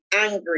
angry